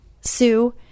Sue